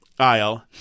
aisle